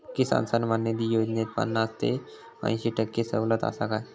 किसान सन्मान निधी योजनेत पन्नास ते अंयशी टक्के सवलत आसा काय?